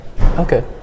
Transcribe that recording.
okay